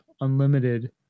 unlimited